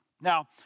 Now